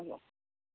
হ'ব